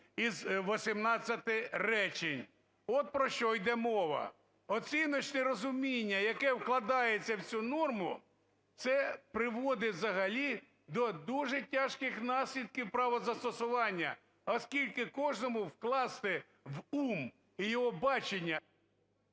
із 18 речень. От про що йде мова. Оціночне розуміння, яке вкладається в цю норму, це приводить взагалі до дуже тяжких наслідків правозастосування, оскільки кожному вкласти в ум його бачення…